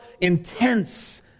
intense